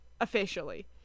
officially